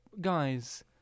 Guys